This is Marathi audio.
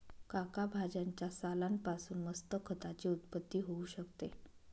काका भाज्यांच्या सालान पासून मस्त खताची उत्पत्ती होऊ शकते